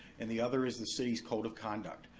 and the other is the city's code of conduct.